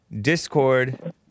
discord